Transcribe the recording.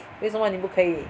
为什么你不可以